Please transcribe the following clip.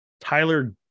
Tyler